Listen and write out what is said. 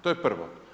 To je prvo.